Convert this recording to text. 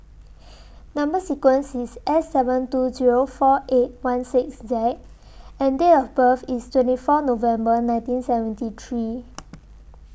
Number sequence IS S seven two Zero four eight one six Z and Date of birth IS twenty four November nineteen seventy three